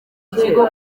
ikigo